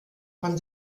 von